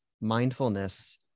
mindfulness